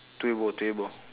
tio bo tio bo